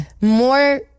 more